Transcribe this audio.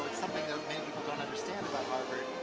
something ah maybe people don't understand about harvard,